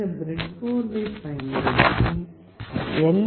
இந்த ப்ரெட்போர்டைப் பயன்படுத்தி எல்